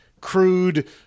crude